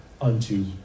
unto